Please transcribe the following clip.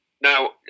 now